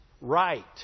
right